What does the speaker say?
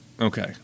Okay